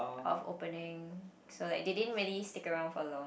of opening so like they didn't really stick around for long